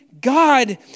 God